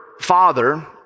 father